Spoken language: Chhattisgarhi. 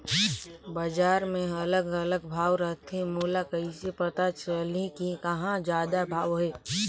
बजार मे अलग अलग भाव रथे, मोला कइसे पता चलही कि कहां जादा भाव हे?